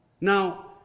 Now